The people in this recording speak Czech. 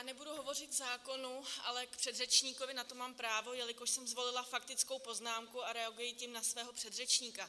Nebudu hovořit k zákonu, ale k předřečníkovi, na to mám právo, jelikož jsem zvolila faktickou poznámku a reaguji tím na svého předřečníka.